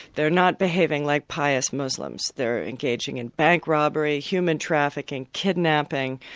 they're not behaving like pious muslims they're engaging in bank robbery, human trafficking, kidnapping,